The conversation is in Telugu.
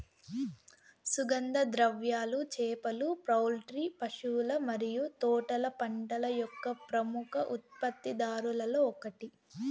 సుగంధ ద్రవ్యాలు, చేపలు, పౌల్ట్రీ, పశువుల మరియు తోటల పంటల యొక్క ప్రముఖ ఉత్పత్తిదారులలో ఒకటి